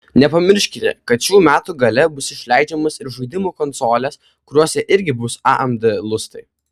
nepamirškite kad šių metų gale bus išleidžiamos ir žaidimų konsolės kuriose irgi bus amd lustai